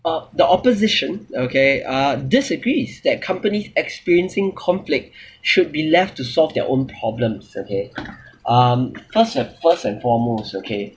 uh the opposition okay uh disagrees that companies experiencing conflicts should be left to solve their own problems okay um first and first and foremost okay